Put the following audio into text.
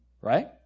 Right